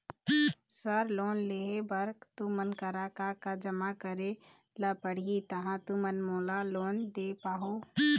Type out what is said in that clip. Sir loan लेहे बर तुमन करा का का जमा करें ला पड़ही तहाँ तुमन मोला लोन दे पाहुं?